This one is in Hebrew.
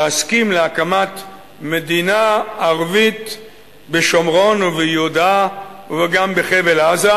להסכים להקמת מדינה ערבית בשומרון וביהודה וגם בחבל-עזה,